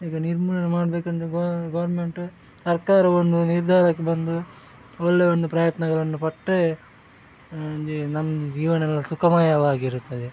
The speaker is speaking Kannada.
ಈಗ ನಿರ್ಮೂಲನೆ ಮಾಡಬೇಕಂದ್ರೆ ಗೋ ಗೌರ್ಮೆಂಟು ಸರ್ಕಾರ ಒಂದು ನಿರ್ಧಾರಕ್ಕೆ ಬಂದು ಒಳ್ಳೆಯ ಒಂದು ಪ್ರಯತ್ನಗಳನ್ನು ಪಟ್ಟರೆ ನಮ್ಮ ಜೀವನ ಎಲ್ಲ ಸುಖಮಯವಾಗಿರುತ್ತದೆ